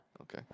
Okay